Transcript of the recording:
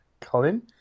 Colin